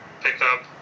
pickup